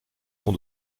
son